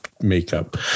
makeup